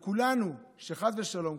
כולנו, חס ושלום.